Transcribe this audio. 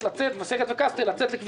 לגלגל עליהם סיכונים.